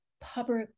public